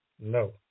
no